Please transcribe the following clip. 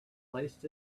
placed